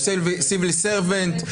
הוא עושה civil servant.